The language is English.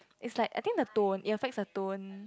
is like I think the tone it affects the tone